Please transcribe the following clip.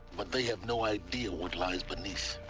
but they have no idea what lies beneath